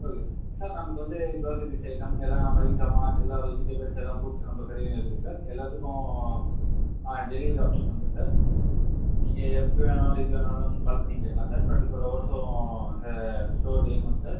okay sir sir நான் உங்களுக்கு வந்து க்ரோஸரிஸ் ஐட்டம் எல்லாம் மளிகை ஜாமான் எல்லாம் வெஜிடபிள்ஸ் எல்லாம் ஃப்ரூட்ஸ் நம்ப கடையிலையும் இருக்குது சார் எல்லாத்துக்கும் ஆ டெலிவரி ஆப்ஷன் உண்டு சார் நீங்கள் எப்போ வேணாலும் எது வேணாலும் கால் பண்ணி கேட்கலாம் சார் டுவெண்ட்டி ஃபோர் ஹவர்ஸும் ஸ்டோர் இயங்கும் சார்